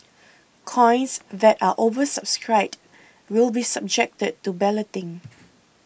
coins that are oversubscribed will be subjected to balloting